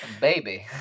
Baby